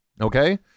okay